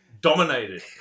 Dominated